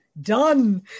done